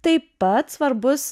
taip pat svarbus